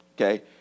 Okay